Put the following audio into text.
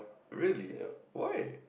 really why